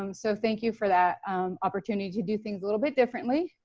um so thank you for that opportunity to do things a little bit differently,